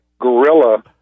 guerrilla